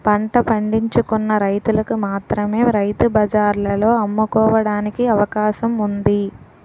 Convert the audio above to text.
పంట పండించుకున్న రైతులకు మాత్రమే రైతు బజార్లలో అమ్ముకోవడానికి అవకాశం ఉంది